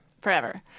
Forever